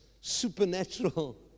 supernatural